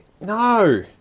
no